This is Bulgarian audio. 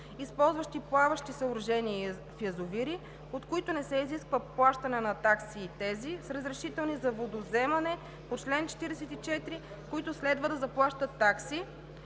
използващи плаващи съоръжения в язовири, от които не се изисква плащане на такси, и тези – с разрешителни за водовземане по чл. 44, които следва да заплащат такси,